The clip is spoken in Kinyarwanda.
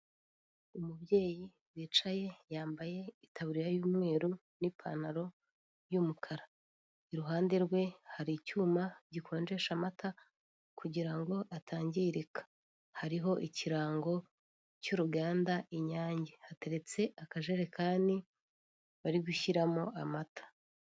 Umubyeyi yicaye yambaye itaburiya y'umweru n'ipantaro y'umukara. Iruhande rwe hari icyuma gikonjesha amata kugira ngo atangirika hariho ikirango cy'uruganda Inyange, hateretse akajerekani bari gushyiramo amata.